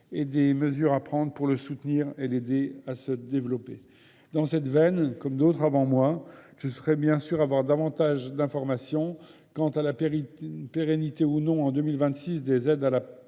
et des mesures à prendre pour le soutenir et l'aider à se développer ? Dans cette veine, comme d'autres avant moi, je ferais bien sûr avoir davantage d'informations quant à la pérennité ou non en 2026 des aides à la